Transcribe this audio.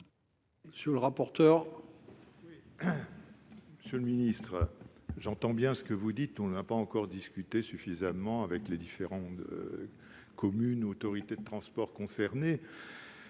Monsieur le rapporteur